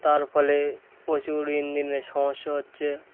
তার ফলে প্রচুর ইঞ্জিনের সমস্যা হচ্ছে